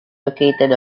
located